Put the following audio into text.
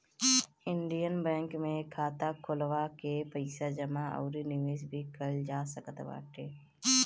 Indian bank में खाता खोलवा के पईसा जमा अउरी निवेश भी कईल जा सकत बाटे